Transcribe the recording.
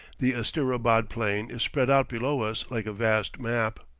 the asterabad plain is spread out below us like a vast map.